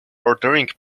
ordering